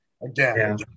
Again